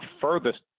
furthest